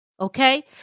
okay